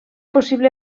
possible